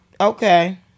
Okay